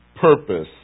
purpose